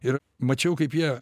ir mačiau kaip jie